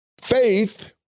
Faith